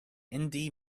indie